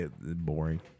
Boring